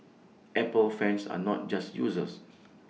Apple fans are not just users